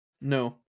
No